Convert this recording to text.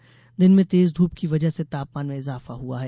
जहां दिन में तेज धूप की वजह से तापमान में इजाफा हुआ है